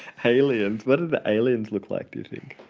aliens? what do the aliens look like, do you think?